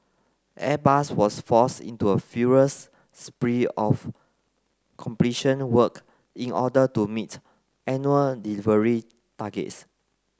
Airbus was forced into a furious spree of completion work in order to meet annual delivery targets